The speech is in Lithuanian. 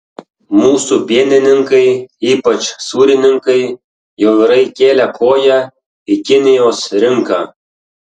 mūsų pienininkai ypač sūrininkai jau yra įkėlę koją į kinijos rinką